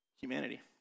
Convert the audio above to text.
humanity